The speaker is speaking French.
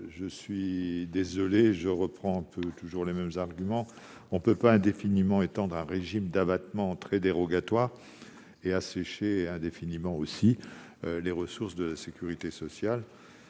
Je suis désolé, je vais répéter les mêmes arguments ... On ne peut pas indéfiniment étendre un régime d'abattements très dérogatoire et assécher indéfiniment, de ce fait, les ressources de la sécurité sociale.